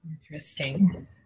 interesting